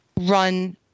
run